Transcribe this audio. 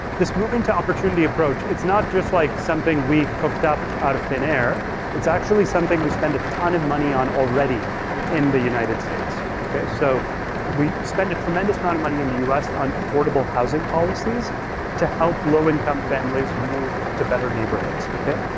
this moving to opportunity approach, it's not just like something we cooked up out of thin air. it's actually something we spend a ton of money on already in the united states, okay? so we spend a tremendous amount of money in the us on affordable housing policies to help low-income families move to better neighborhoods, okay?